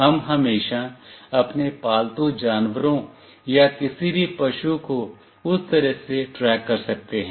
हम हमेशा अपने पालतू जानवरों या किसी भी पशु को उस तरह से ट्रैक कर सकते हैं